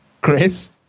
Chris